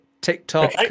TikTok